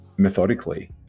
methodically